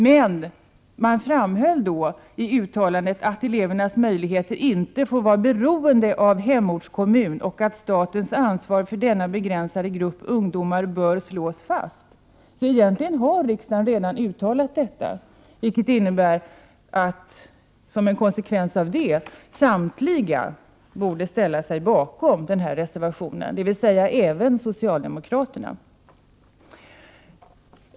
Men man framhöll i uttalandet att elevernas möjligheter inte får vara beroende av hemortskommun och att statens ansvar för denna begränsade grupp ungdomar bör slås fast. Egentligen har alltså riksdagen redan uttalat detta. Som en konsekvens därav borde samtliga ställa sig bakom reservationen — alltså även socialdemokraterna.